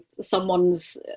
someone's